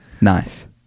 Nice